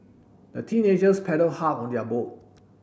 the teenagers paddled hard on their boat